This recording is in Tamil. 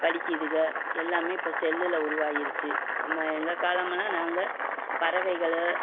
படிக்கிதுக எல்லாமே இப்போ செல்லில் உருவாகிருச்சு நம்ம எங்கள் காலமெல்லாம் நாங்கள் பறவைகளை